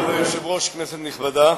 כבוד היושב-ראש, כנסת נכבדה,